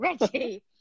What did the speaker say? Reggie